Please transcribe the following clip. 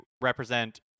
represent